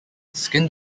skin